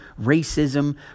racism